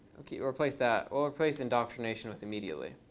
ok. we'll replace that. we'll replace indoctrination with immediately.